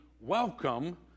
welcome